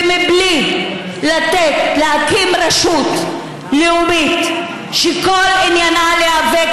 ומבלי להקים רשות לאומית שכל עניינה להיאבק